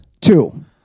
Two